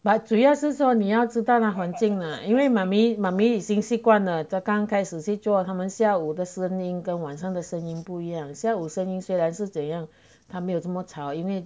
but 主要是说你要知道那环境啦因为 mummy mummy 已经习惯了刚刚开始去做他们下午的声音跟晚上的声音不一样下午的声音虽然是怎样他没有这么吵因为